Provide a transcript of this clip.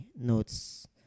notes